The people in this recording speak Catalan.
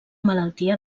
malaltia